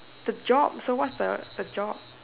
the job so what's the the job